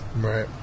Right